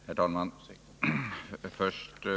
Herr talman!